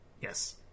Yes